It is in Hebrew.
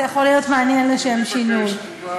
זה יכול להיות מעניין לשם שינוי.